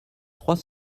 trois